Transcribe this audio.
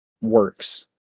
works